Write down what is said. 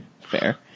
Fair